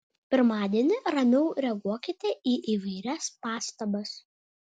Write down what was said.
pirmadienį ramiau reaguokite į įvairias pastabas